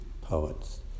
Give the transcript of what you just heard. poets